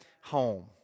home